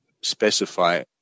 specify